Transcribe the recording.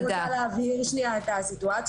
אני רק רוצה להבהיר שנייה את הסיטואציה.